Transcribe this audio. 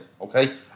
okay